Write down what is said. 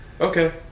Okay